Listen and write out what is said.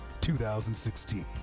2016